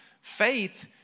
Faith